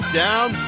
down